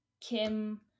Kim